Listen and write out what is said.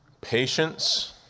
Patience